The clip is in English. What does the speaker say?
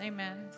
Amen